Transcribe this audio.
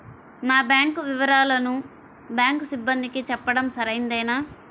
నా బ్యాంకు వివరాలను బ్యాంకు సిబ్బందికి చెప్పడం సరైందేనా?